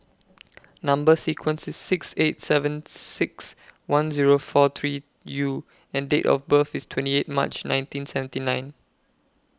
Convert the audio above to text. Number sequence IS six eight seven six one Zero four three U and Date of birth IS twenty eight March nineteen seventy nine